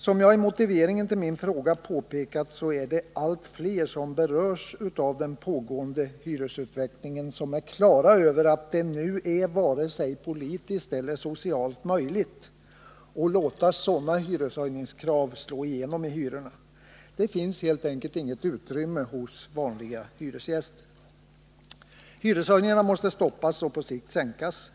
Som jag i motiveringen till min fråga påpekat är allt flera som berörs av den pågående utvecklingen på det klara med att det nu är varken politiskt eller socialt möjligt att låta sådana hyreshöjningskrav slå igenom i hyrorna. Det finns helt enkelt inte utrymme för detta hos vanliga hyresgäster. Hyreshöjningarna måste stoppas, och på sikt måste hyrorna sänkas.